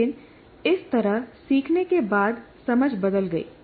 लेकिन इस तरह सीखने के बाद समझ बदल गई